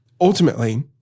Ultimately